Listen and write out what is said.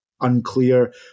unclear